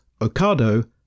Ocado